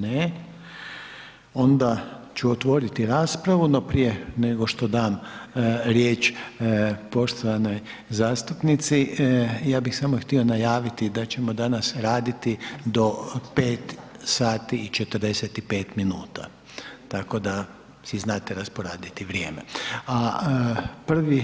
Ne, onda ću otvoriti raspravu, no prije nego što dam riječ poštovanoj zastupnici, ja bih samo htio najavit da ćemo danas raditi do 5 sati i 45 minuta, tako da si znate rasporediti vrijeme, a prvi,